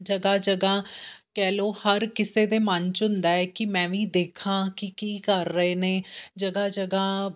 ਜਗ੍ਹਾ ਜਗ੍ਹਾ ਕਹਿ ਲਉ ਹਰ ਕਿਸੇ ਦੇ ਮਨ 'ਚ ਹੁੰਦਾ ਹੈ ਕਿ ਮੈਂ ਵੀ ਦੇਖਾਂ ਕਿ ਕੀ ਕਰ ਰਹੇ ਨੇ ਜਗ੍ਹਾ ਜਗ੍ਹਾ